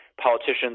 politicians